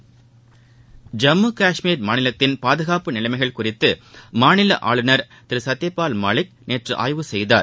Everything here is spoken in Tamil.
ஐம்முகாஷ்மீர் மாநிலத்தின் பாதுகாப்பு நிலைமைகள் குறித்துமாநிலஆளுநர் திரு சத்யபால் மாலிக் நேற்றஆய்வு செய்தார்